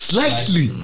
Slightly